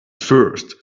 first